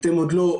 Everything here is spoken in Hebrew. אתם עוד לא.